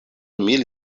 mil